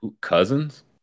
cousins